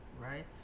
Right